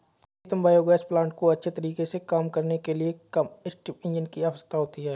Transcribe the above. प्रीतम biogas plant को अच्छे तरीके से काम करने के लिए कंबस्टिव इंजन की आवश्यकता होती है